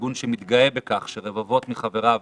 ארגון שמתגאה בכך שרבבות מחבריו